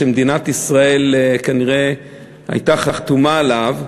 שמדינת ישראל הייתה כנראה חתומה עליו,